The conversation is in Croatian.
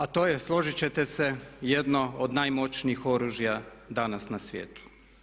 A to je složit ćete se jedno od najmoćnijih oružja danas na svijetu.